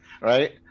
Right